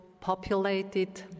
populated